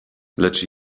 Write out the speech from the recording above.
lecz